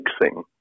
mixing